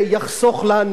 לקהילה הגאה,